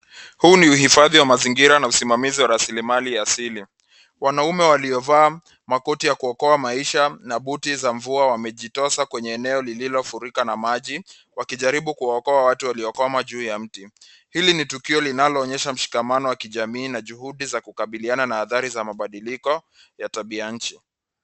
Huu ni uhifadhi wa mazingira na usimamizi wa rasilimali asili, wanaume waliovaa makoti ya kuokoa maisha na buti za mvua wamejitosa kwenye eneo lililofurika na maji wakijaribu kuokoa watu waliokuama juu ya mti, hili ni tukio linaloonyesha mshikamano wa kijamii na juhudi za kukabiliana na athari za mabadiliko ya tabia nchi.